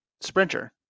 sprinter